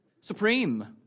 supreme